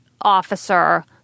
officer